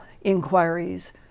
inquiries